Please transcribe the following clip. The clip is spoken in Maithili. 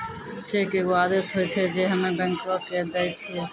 चेक एगो आदेश होय छै जे हम्मे बैंको के दै छिये